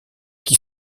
qui